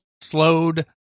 slowed